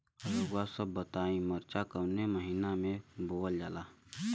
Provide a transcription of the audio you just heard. रउआ सभ बताई मरचा कवने महीना में बोवल जाला?